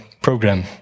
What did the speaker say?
program